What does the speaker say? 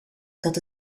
dat